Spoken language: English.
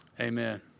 Amen